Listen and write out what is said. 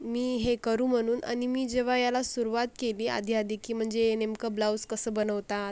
मी हे करू म्हणून आणि मी जेव्हा याला सुरुवात केली आधी आली की म्हणजे नेमकं ब्लाऊज कसं बनवतात